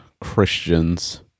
Christians